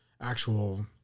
actual